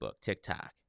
TikTok